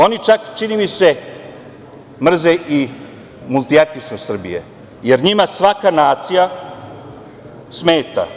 Oni čak, čini mi se, mrze i multietničnost Srbije, jer njima svaka nacija smeta.